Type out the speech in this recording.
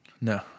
No